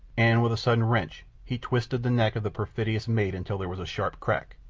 and with a sudden wrench he twisted the neck of the perfidious mate until there was a sharp crack,